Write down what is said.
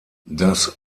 das